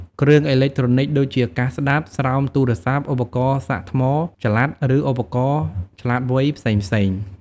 គ្រឿងអេឡិចត្រូនិចដូចជាកាសស្ដាប់ ស្រោមទូរស័ព្ទ ឧបករណ៍សាកថ្មចល័ត ឬឧបករណ៍ឆ្លាតវៃផ្សេងៗ។